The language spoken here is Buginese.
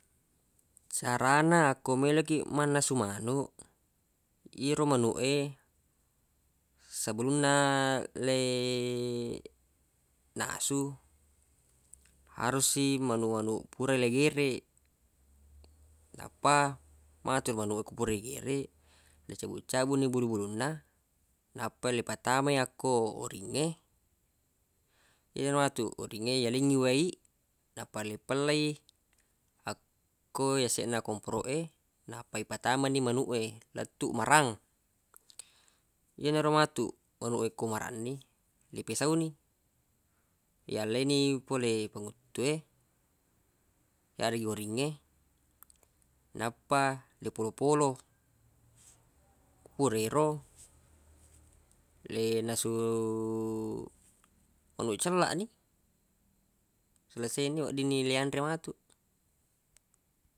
Sarana akko meloq kiq mannasu manuq yero manuq e sebelunna le nasu harus i manuq-manuq pura le gereq nappa matu ero manuq ko pura igereq ri cabuq-cabuqni bulu-bulunna nappa le patamai akko oringnge ero matu oringnge yalengngi wai nappa le pella i akko yaseq na komporoq e nappa ipatamani manuq e lettuq marang yenaro matu manuq e ko maranni le pesau ni yalleni pole panguttu e yareggi oringnge nappa le polo-polo pura ero nasu manuq cellaq ni selesai ni weddinni leanre matuq.